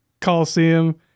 Coliseum